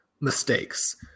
mistakes